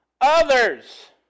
others